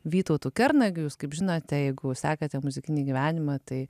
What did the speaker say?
vytautu kernagiu jūs kaip žinote jeigu sekate muzikinį gyvenimą tai